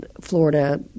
Florida